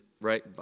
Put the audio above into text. right